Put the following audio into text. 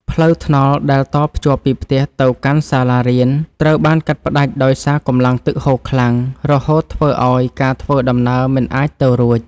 ផ្លូវថ្នល់ដែលតភ្ជាប់ពីផ្ទះទៅកាន់សាលារៀន ត្រូវបានកាត់ផ្តាច់ដោយសារកម្លាំងទឹកហូរខ្លាំង រហូតធ្វើឱ្យការធ្វើដំណើរមិនអាចទៅរួច។